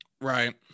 Right